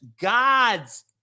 God's